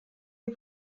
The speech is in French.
les